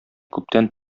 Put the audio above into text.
күптән